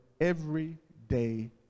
everyday